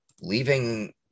leaving